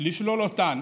לשלול אותן